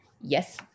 yes